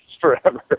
forever